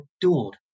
adored